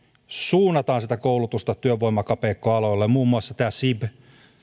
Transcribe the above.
suunnataan sitä koulutusta työvoimakapeikkoaloille muun muassa tämä sib